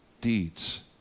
deeds